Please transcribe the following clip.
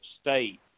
State